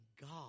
God